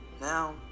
now